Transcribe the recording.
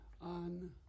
on